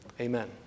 Amen